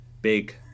Big